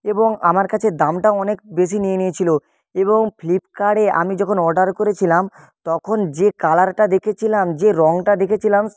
এবং আমার কাছে দামটাও অনেক বেশি নিয়ে নিয়েছিলো এবং ফ্লিপকার্টে আমি যখন অর্ডার করেছিলাম তখন যে কালারটা দেখেছিলাম যে রংটা দেখেছিলাম